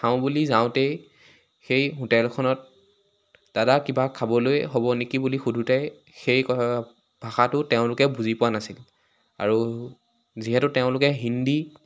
খাওঁ বুলি যাওঁতেই সেই হোটেলখনত দাদা কিবা খাবলৈ হ'ব নেকি বুলি সোধোতেই সেই ভাষাটো তেওঁলোকে বুজি পোৱা নাছিল আৰু যিহেতু তেওঁলোকে হিন্দী